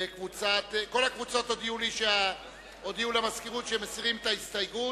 כל הקבוצות הודיעו למזכירות שהן מסירות את ההסתייגויות.